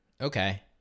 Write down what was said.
Okay